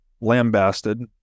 lambasted